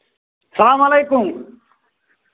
السلام علیکُم